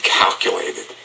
calculated